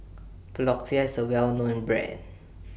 Floxia IS A Well known Brand